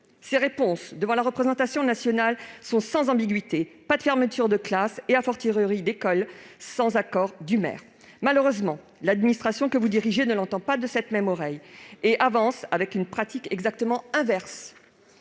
Ces réponses devant la représentation nationale sont sans ambiguïté : pas de fermeture de classe, d'école, sans accord du maire. Malheureusement, l'administration que vous dirigez ne l'entend pas de cette oreille ... C'est vrai !... et avance selon une logique exactement inverse